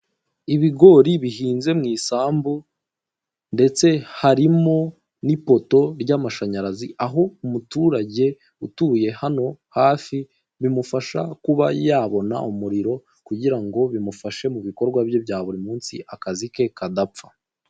Ibigori bihinze mu isambu ndetse harimo n'ipoto ry'amashanyarazi, aho umuturage utuye hano hafi bimufasha kuba yabona umuriro kugira ngo bimufashe mu bikorwa bye bya buri munsi akazi ke kadapfa.